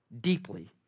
deeply